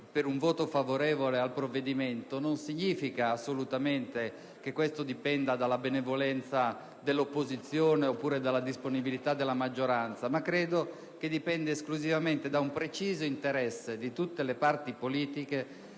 verso un voto favorevole al provvedimento non è assolutamente legato alla benevolenza dell'opposizione oppure alla disponibilità della maggioranza, ma credo dipenda esclusivamente da un preciso interesse di tutte le parti politiche